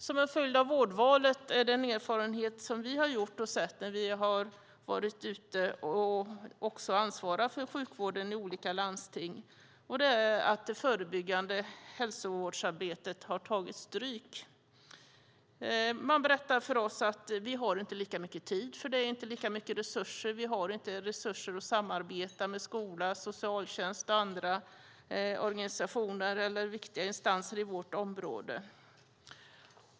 Som en följd av vårdvalet är den erfarenhet som vi har gjort och sett när vi har varit ute i olika landsting, också där vi ansvarar för sjukvården, att det förebyggande hälsovårdsarbetet har tagit stryk. Man berättar för oss att man inte har lika mycket tid eftersom det inte finns lika mycket resurser. Man har inte resurser för att samarbeta med skola, socialtjänst och andra organisationer och viktiga instanser i sitt område.